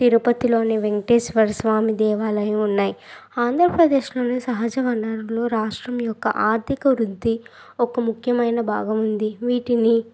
తిరుపతిలోని వెంకటేశ్వర స్వామి దేవాలయం ఉన్నాయి ఆంధ్రప్రదేశ్లోని సహజ వనరులు రాష్ట్రం యొక్క ఆర్థిక వృద్ధి ఒక ముఖ్యమైన భాగం ఉంది వీటిని